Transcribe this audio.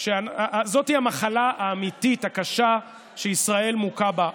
זאת היא המחלה האמיתית, הקשה, שישראל מוכה בה.